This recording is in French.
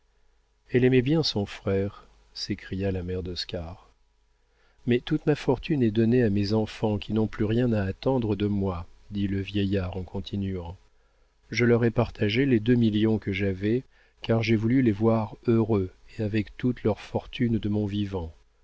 elle aimait bien son frère s'écria la mère d'oscar mais toute ma fortune est donnée à mes enfants qui n'ont plus rien à attendre de moi dit le vieillard en continuant je leur ai partagé les deux millions que j'avais car j'ai voulu les voir heureux et avec toute leur fortune de mon vivant